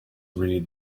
read